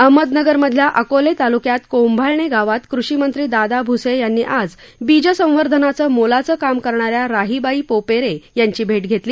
अहम नगरमधल्या अकोले तालुक्यात कोंभाळणे गावात कृषी मंत्री भूसे यांनी आज बीजसंवर्धनाचं मोलाचं काम करणाऱ्या राहीबाई पोपेरे यांची भेट घेतली